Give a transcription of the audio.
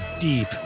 deep